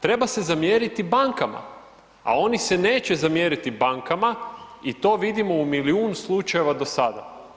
Treba se zamjeriti bankama, a oni se neće zamjeriti bankama i to vidimo u milijun slučajeva do sada.